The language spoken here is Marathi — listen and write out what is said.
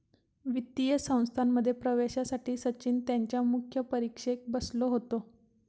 वित्तीय संस्थांमध्ये प्रवेशासाठी सचिन त्यांच्या मुख्य परीक्षेक बसलो होतो